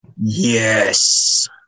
Yes